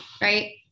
right